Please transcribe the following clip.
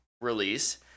release